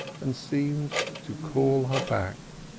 and seemed to call her back.